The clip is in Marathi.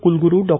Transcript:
क्लग्रू डॉ